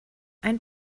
ein